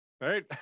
right